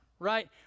Right